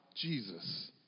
Jesus